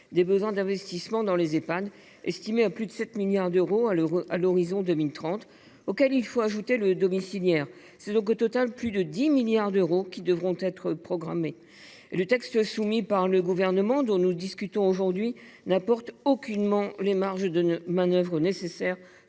des besoins d’investissement dans les Ehpad, estimé à plus de 7 milliards d’euros à horizon 2030, auxquels il faut ajouter le domiciliaire. Ce sont donc plus de 10 milliards d’euros qui devront, au total, être programmés. Le texte soumis par le Gouvernement, dont nous discutons aujourd’hui, n’apporte aucunement les marges de manœuvre nécessaires